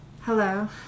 Hello